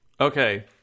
Okay